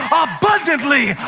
but abundantly,